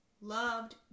Loved